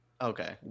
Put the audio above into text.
Okay